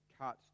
cut